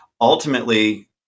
ultimately